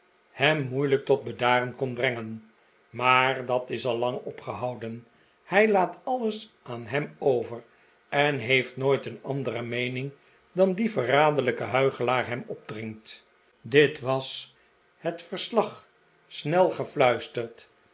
hem moeilijk tot bedaren kon brengen maar dat is al lang opgehouden hij laat alles aan hem over en heeft nooit een andere meening dan die verraderlijke huichelaar hem opdringt dit was het verslag snel